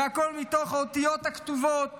והכול מתוך האותיות הכתובות